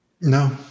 No